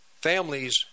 families